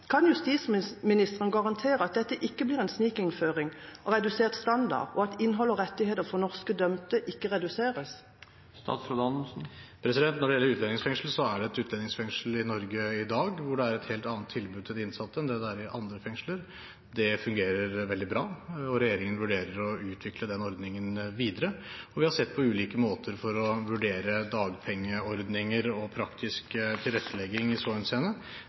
Kan justisministeren garantere at dette ikke blir en snikinnføring av redusert standard, og at innhold og rettigheter for norske dømte ikke reduseres? Når det gjelder utlendingsfengsel, er det et utlendingsfengsel i Norge i dag, hvor det er et helt annet tilbud til de innsatte enn det er i andre fengsler. Det fungerer veldig bra. Regjeringen vurderer å utvikle denne ordningen videre. Vi har sett på ulike måter for å vurdere dagpengeordninger og praktisk tilrettelegging i